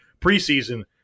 preseason